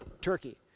turkey